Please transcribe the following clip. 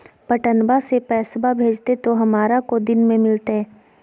पटनमा से पैसबा भेजते तो हमारा को दिन मे मिलते?